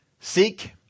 Seek